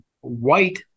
White